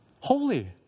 holy